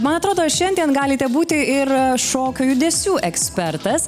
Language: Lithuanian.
man atrodo šiandien galite būti ir šokio judesių ekspertas